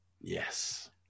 Yes